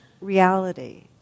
reality